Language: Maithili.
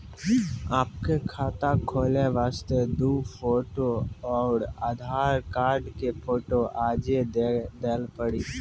आपके खाते खोले वास्ते दु फोटो और आधार कार्ड के फोटो आजे के देल पड़ी?